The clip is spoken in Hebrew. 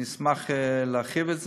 אני אשמח להרחיב על זה.